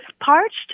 parched